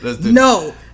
No